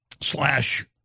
slash